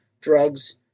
drugs